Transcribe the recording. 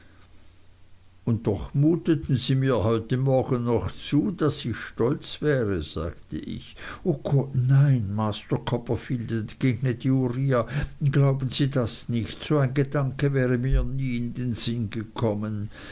und doch muteten sie mir heute morgen noch zu daß ich stolz wäre sagte ich o gott nein master copperfield entgegnete uriah glauben sie das nicht so ein gedanke wäre mir nie in den sinn gekommen